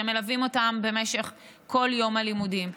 שמלווים אותם במשך כל יום הלימודים.